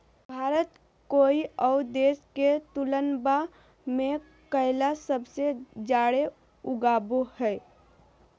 भारत कोय आउ देश के तुलनबा में केला सबसे जाड़े उगाबो हइ